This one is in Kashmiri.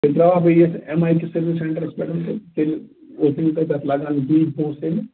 تیٚلہٕ ترٛاوٕہا بہٕ یہِ ایم آئی کِس سٔروِس سینٹرس پٮ۪ٹھ تہٕ تیٚلہِ اوسوٕ نہٕ تۄہہِ تتھ لگان نہٕ کِہیٖنٛۍ پۅنٛسہٕ تیٚلہِ